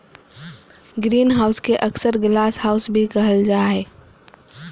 greenhouse के अक्सर glasshouse भी कहल जा हइ